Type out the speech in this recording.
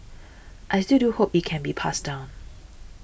I still do hope it can be passed down